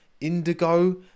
Indigo